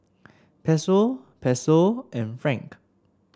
Peso Peso and Franc